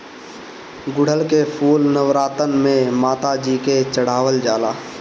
गुड़हल के फूल नवरातन में माता जी के चढ़ावल जाला